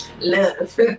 Love